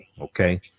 Okay